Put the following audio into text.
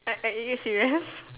are are you serious